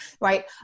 right